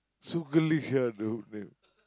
so girlish ah the name